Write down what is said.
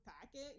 packet